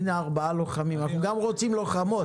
אנחנו גם רוצים לוחמות.